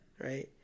right